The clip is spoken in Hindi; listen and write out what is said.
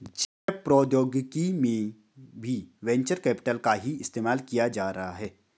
जैव प्रौद्योगिकी में भी वेंचर कैपिटल का ही इस्तेमाल किया जा रहा है